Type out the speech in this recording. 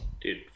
Dude